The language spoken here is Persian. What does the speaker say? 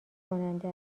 کننده